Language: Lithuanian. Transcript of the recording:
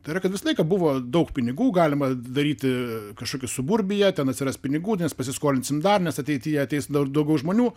tai yra kad visą laiką buvo daug pinigų galima daryti kažkokią suburbiją ten atsiras pinigų nes pasiskolinsim dar mes ateityje ateis dar daugiau žmonių